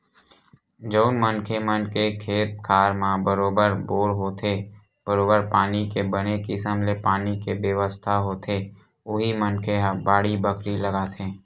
जउन मनखे मन के खेत खार म बरोबर बोर होथे बरोबर पानी के बने किसम ले पानी के बेवस्था होथे उही मनखे ह बाड़ी बखरी लगाथे